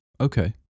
Okay